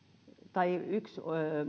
tai yksi